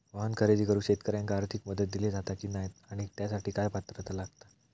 वाहन खरेदी करूक शेतकऱ्यांका आर्थिक मदत दिली जाता की नाय आणि त्यासाठी काय पात्रता लागता?